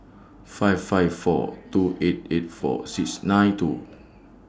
five five four two eight eight four six nine two